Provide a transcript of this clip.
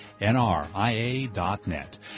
nria.net